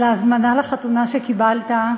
על ההזמנה לחתונה שקיבלת,